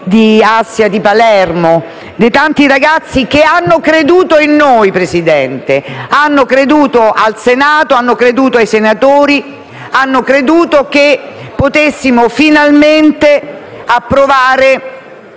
di Assia di Palermo, dei tanti ragazzi che hanno creduto in noi, hanno creduto nel Senato, hanno creduto nei senatori, hanno creduto che potessimo finalmente approvare